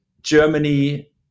Germany